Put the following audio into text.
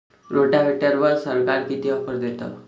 रोटावेटरवर सरकार किती ऑफर देतं?